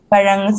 Parang